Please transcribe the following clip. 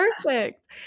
Perfect